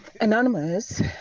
Anonymous